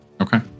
Okay